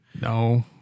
No